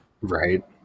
right